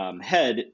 head